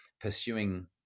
pursuing